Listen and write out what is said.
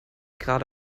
gerade